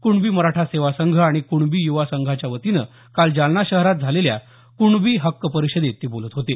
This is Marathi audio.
कुणबी मराठा सेवा संघ आणि कुणबी युवा संघाच्या वतीनं काल जालना शहरात झालेल्या क्णबी हक्क परिषदेत ते बोलत होते